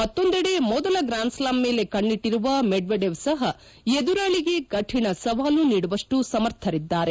ಮತ್ತೊಂದೆಡೆ ಮೊದಲ ಗ್ರಾನ್ಸ್ಲಾಮ್ ಮೇಲೆ ಕಣ್ಣಿಟ್ಲರುವ ಮೆಡ್ಡಡೕವ್ ಸಹ ಎದುರಾಳಿಗೆ ಕಠಿಣ ಸವಾಲು ನೀಡುವಷ್ನು ಸಮರ್ಥರಿದ್ದಾರೆ